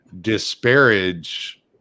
disparage